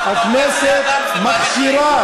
הכנסת מכשירה,